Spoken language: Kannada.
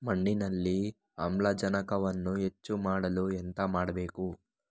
ಮಣ್ಣಿನಲ್ಲಿ ಆಮ್ಲಜನಕವನ್ನು ಹೆಚ್ಚು ಮಾಡಲು ಎಂತ ಮಾಡಬೇಕು?